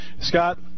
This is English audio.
Scott